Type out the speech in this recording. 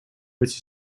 which